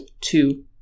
two